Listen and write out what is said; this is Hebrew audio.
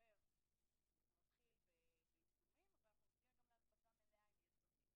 פתחנו סכסוך מסודר ביום רביעי האחרון.